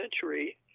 century